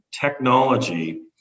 technology